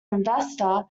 investor